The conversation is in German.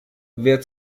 wer